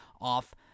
off